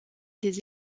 des